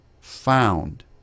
found